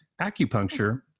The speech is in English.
Acupuncture